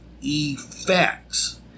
effects